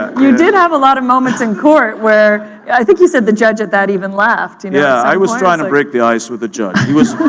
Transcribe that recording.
you did have a lot of moments in court where, i think you said the judge at that even laughed. mf yeah, i was trying to break the ice with the judge. he was